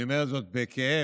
אני אומר זאת בכאב.